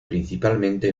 principalmente